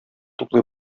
туплый